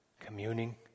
communing